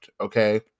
okay